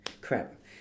crap